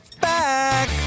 back